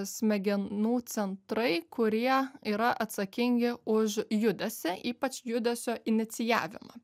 smegenų centrai kurie yra atsakingi už judesį ypač judesio inicijavimą